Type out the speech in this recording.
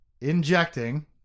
injecting